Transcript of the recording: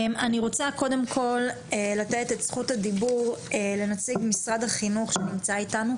אני רוצה קודם כל לתת את זכות הדיבור לנציג משרד החינוך שנמצא אתנו,